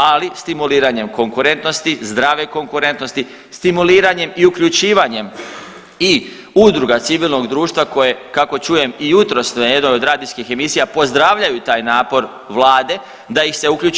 Ali stimuliranjem konkurentnosti, zdrave konkurentnosti, stimuliranjem i uključivanjem i udruga civilnog društva koje kako čujem jutros na jednoj od radijskih emisija pozdravljaju taj napor Vlade da ih se uključi.